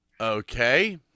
Okay